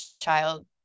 child